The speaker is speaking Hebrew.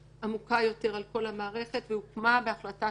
עמוקה יותר על כל המערכת והיא הוקמה בהחלטת